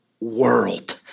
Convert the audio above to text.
world